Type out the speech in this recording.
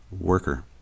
worker